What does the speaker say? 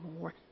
more